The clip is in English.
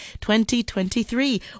2023